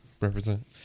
represent